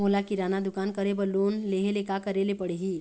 मोला किराना दुकान करे बर लोन लेहेले का करेले पड़ही?